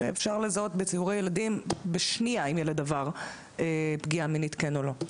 אפשר לזהות בציורי ילדים בשנייה אם ילד עבר פגיעה מינית כן או לא.